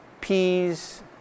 peas